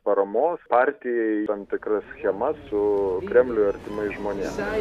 paramos partijai tam tikras schemas su kremliui artimais žmonėm